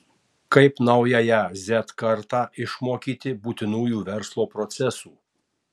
kaip naująją z kartą išmokyti būtinųjų verslo procesų